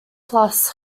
plus